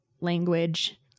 language